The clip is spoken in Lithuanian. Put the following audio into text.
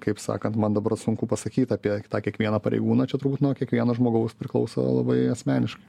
kaip sakant man dabar sunku pasakyt apie tą kiekvieną pareigūną čia turbūt nuo kiekvieno žmogaus priklauso labai asmeniškai